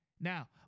Now